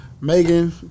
Megan